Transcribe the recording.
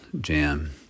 Jam